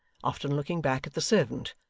often looking back at the servant,